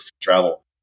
travel